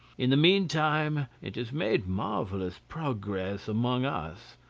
in the meantime, it has made marvellous progress among us,